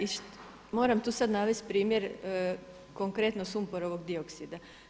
I moram tu sad navest primjer konkretno sumporovog dioksida.